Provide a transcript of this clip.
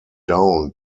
down